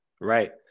right